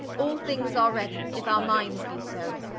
all things are ready, if our minds be so